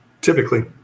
Typically